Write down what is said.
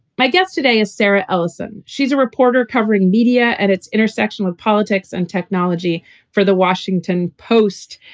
my guest today is sarah ellison. she's a reporter covering media and its intersection with politics and technology for the washington post.